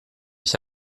ich